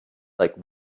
like